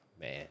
man